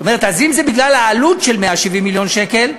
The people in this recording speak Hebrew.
זאת אומרת, אם זה בגלל העלות של 170 מיליון שקל,